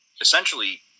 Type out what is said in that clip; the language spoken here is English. essentially